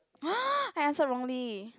!huh! I answered wrongly